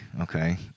Okay